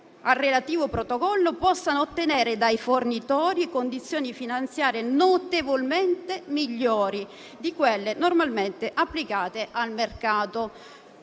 al relativo protocollo possano ottenere dai fornitori condizioni finanziarie notevolmente migliori di quelle normalmente applicate dal mercato.